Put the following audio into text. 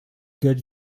good